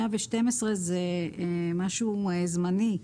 ב-112 זה משהו זמני.